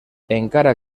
encara